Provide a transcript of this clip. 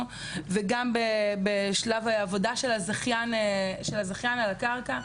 וגם בשלב העבודה של הזכיין על הקרקע.